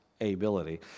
ability